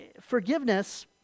forgiveness